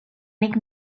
nik